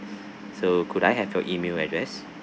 so could I have your email address